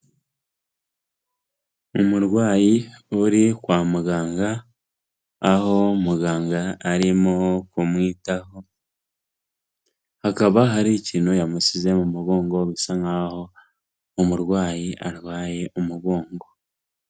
Umurwayi uri kwa muganga, aho muganga arimo kumwitaho, hakaba hari ikintu yamusize mu mugongo bisa nk'aho umurwayi arwaye umugongo.